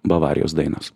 bavarijos dainos